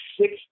six